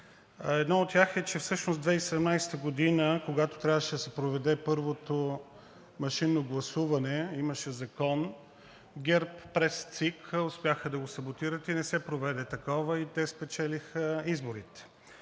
Едно от тях е, че всъщност 2017 г., когато трябваше да се проведе първото машинно гласуване – имаше Закон, ГЕРБ през ЦИК успяха да го саботират и не се проведе такова, и спечелиха изборите.